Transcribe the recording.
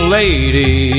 lady